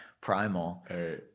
primal